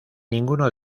ninguno